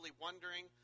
wondering